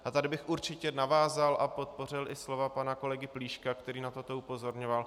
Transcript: A tady bych určitě navázal a podpořil i slova pana kolegy Plíška, který na toto upozorňoval.